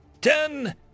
Ten